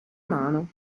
mano